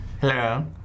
Hello